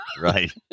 Right